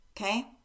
okay